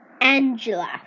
Angela